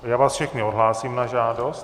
Já vás všechny odhlásím na žádost.